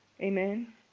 amen